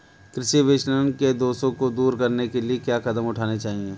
कृषि विपणन के दोषों को दूर करने के लिए क्या कदम उठाने चाहिए?